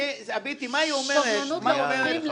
הביטי, מה היא אומרת?